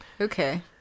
Okay